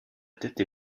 tête